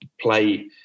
play